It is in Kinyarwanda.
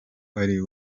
ari